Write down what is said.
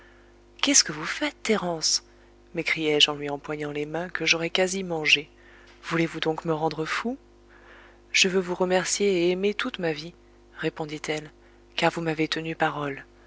qu'est-ce que vous faites thérence m'écriai-je en lui empoignant les mains que j'aurais quasi mangées voulez-vous donc me rendre fou je veux vous remercier et aimer toute ma vie répondit-elle car vous m'avez tenu parole